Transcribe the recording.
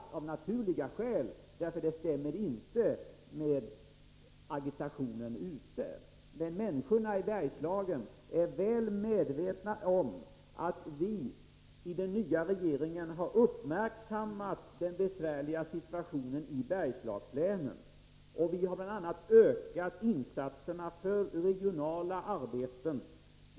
Och de gör det av naturliga skäl, för det stämmer inte med agitationen ute i landet. Men människorna i Bergslagen är väl medvetna om att vi i den nya regeringen har uppmärksammat den besvärliga situationen i Bergslagslänen. Vi har bl.a. ökat insatserna för regionala arbeten.